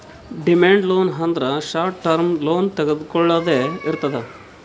demand loan ಅಂದ್ರ short term loan ತೊಗೊಳ್ದೆ ಇರ್ತದ್